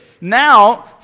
now